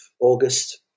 August